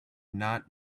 not